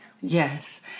Yes